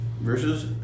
versus